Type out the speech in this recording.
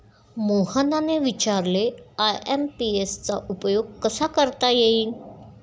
मोहनने विचारले आय.एम.पी.एस चा उपयोग कसा करता येईल?